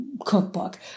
cookbook